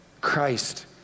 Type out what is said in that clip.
Christ